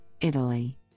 Italy